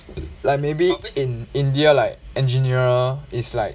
like maybe in india like engineer is like